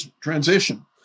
transition